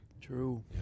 true